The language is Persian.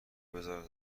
بزار